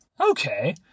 okay